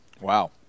Wow